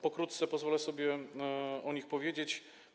Pokrótce pozwolę sobie o nich powiedzieć.